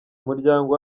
umuryango